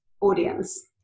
audience